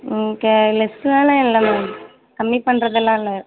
ம் கே லெஸ்ஸாலாம் இல்லை மேம் கம்மி பண்றதெல்லாம் இல்லை